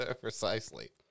precisely